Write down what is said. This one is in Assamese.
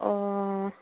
অঁ